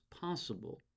possible